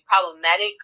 problematic